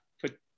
put